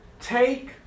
take